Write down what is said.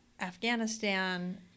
Afghanistan